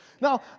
Now